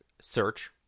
search